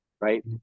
right